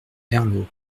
herlaut